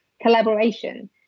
Collaboration